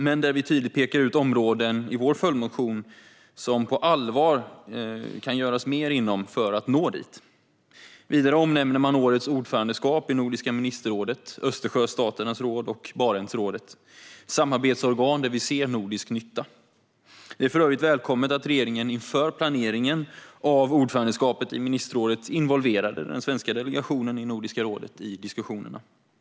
Men vi pekar i vår följdmotion tydligt ut områden som man på allvar kan göra mer för att nå. Vidare omnämner man årets ordförandeskap i Nordiska ministerrådet, Östersjöstaternas råd och Barentsrådet, samarbetsorgan där vi ser nordisk nytta. Det är för övrigt välkommet att regeringen inför planeringen av ordförandeskapet i ministerrådet involverade den svenska delegationen i Nordiska rådet i diskussionerna.